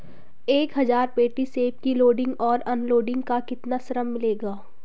एक हज़ार पेटी सेब की लोडिंग और अनलोडिंग का कितना श्रम मिलेगा?